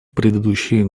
предыдущие